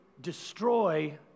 destroy